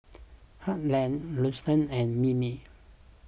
Harland Luster and Mimi